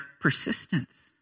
persistence